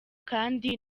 kandi